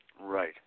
Right